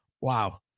wow